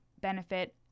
benefit